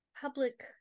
public